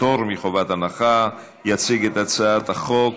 אנחנו עוברים לסעיף 9, ברשותכם, הצעת חוק